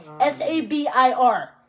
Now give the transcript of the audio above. S-A-B-I-R